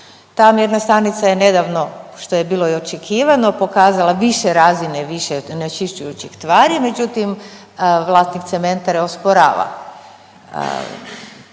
Ta mjerna stanica je nedavno što je bilo i očekivano pokazala više razine više onečišćujućih tvari, međutim vlasnik cementare osporava